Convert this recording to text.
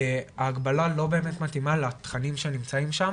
ההגבלה לא באמת מתאימה לתכנים שנמצאים שם